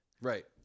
Right